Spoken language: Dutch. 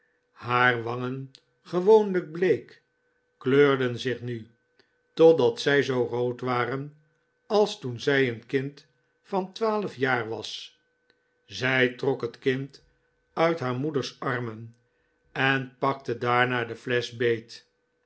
haar wangen gewoonlijk bleek kleurden zich nu totdat zij zoo rood waren als toen zij een kind van twaalf jaar was zij trok het kind uit haar moeders armen en pakte daarna de flesch beet